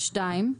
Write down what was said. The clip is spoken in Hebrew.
שתיים,